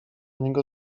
niego